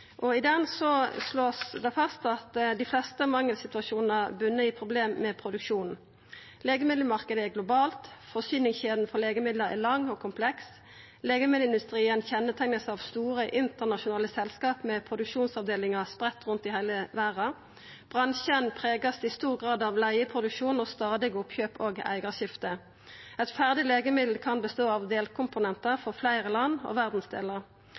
I den vert det slått fast at dei fleste av mangelsituasjonane botnar i problem med produksjonen. Legemiddelmarknaden er global, forsyningskjeda for legemidla er lang og kompleks, legemiddelindustrien vert kjenneteikna av store internasjonale selskap med produksjonsavdelingar spreidde rundt i heile verda, og bransjen vert i stor grad prega av leigeproduksjon og stadige oppkjøp- og eigarskifte. Eit ferdig legemiddel kan bestå av delkomponentar frå fleire land og verdsdelar.